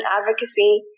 advocacy